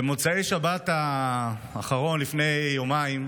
במוצאי שבת האחרון, לפני יומיים,